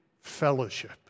fellowship